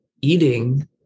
eating